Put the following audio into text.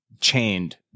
chained